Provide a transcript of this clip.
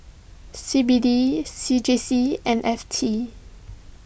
C B D C J C and F T